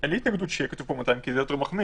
אין לי התנגדות שיהיה כתוב פה 200 כי זה יהיה יותר מחמיר.